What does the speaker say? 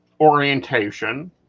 orientation